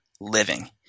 living